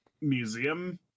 museum